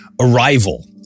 Arrival